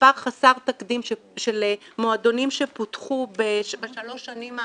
מספר חסר תקדים של מועדונים שפותחו בשלוש השנים האחרונות,